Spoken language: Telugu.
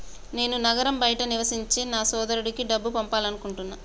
నేను నగరం బయట నివసించే నా సోదరుడికి డబ్బు పంపాలనుకుంటున్నా